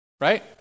right